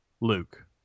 Luke